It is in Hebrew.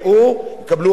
יקבלו הכשרה,